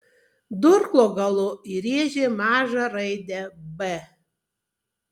durklo galu įrėžė mažą raidę b